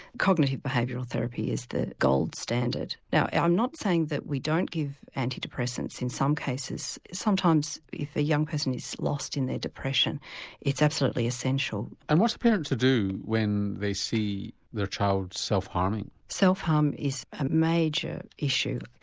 cognitive behavioural therapy is the gold standard now i'm not saying that we don't give antidepressants in some cases, sometimes if a young person is lost in their depression it's absolutely essential. and what's a parent to do when they see their child self-harming? self-harm is a major issue.